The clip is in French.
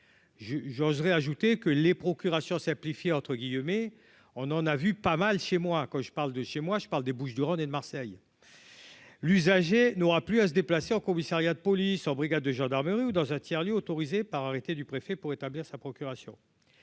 j'oserais ajouter que les procurations simplifié, entre guillemets, on en a vu pas mal chez moi quand je parle de chez moi, je parle des Bouches-du-Rhône et de Marseille, l'usager n'aura plus à se déplacer au commissariat de police en brigade de gendarmerie ou dans sa tiers-lieux autorisés par arrêté du préfet pour établir sa procuration,